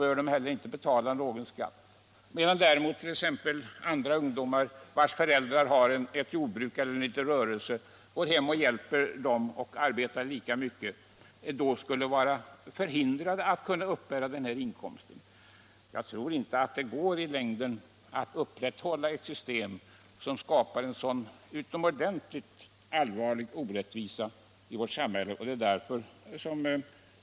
om året behöver de inte betala någon skatt, medan däremot ungdomar, vilkas föräldrar har ett jordbruk eller en liten rörelse där dessa ungdomar hjälper till och arbetar lika mycket, skulle vara förhindrade att uppbära motsvarande inkomst. Jag tror inte att det går i längden att upprätthålla ett system som skapar en så utomordentligt allvarlig orättvisa.